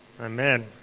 Amen